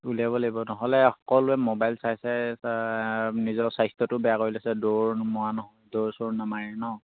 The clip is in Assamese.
উলিয়াব লাগিব নহ'লে সকলোৱে মোবাইল চাই চাই নিজৰ স্বাস্থ্যটো বেয়া কৰি লৈছে নহয় দৌৰ চৌৰ নামাৰে ন